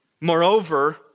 Moreover